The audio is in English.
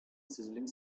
sizzling